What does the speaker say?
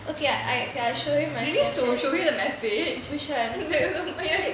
okay I okay show you my snapchat which [one]